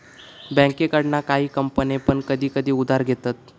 बँकेकडना काही कंपने पण कधी कधी उधार घेतत